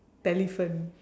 telephant